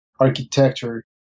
architecture